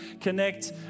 connect